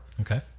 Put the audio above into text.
Okay